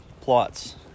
plots